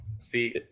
see